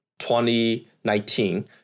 2019